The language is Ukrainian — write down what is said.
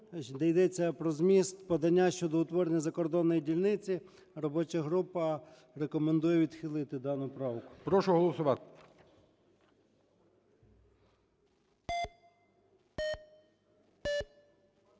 йдеться про зміст подання щодо утворення закордонної дільниці. Робоча група рекомендує відхилити дану правку. ГОЛОВУЮЧИЙ. Прошу голосувати.